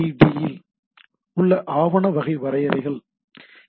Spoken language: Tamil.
டி யில் உள்ள ஆவண வகை வரையறைகள் ஹெச்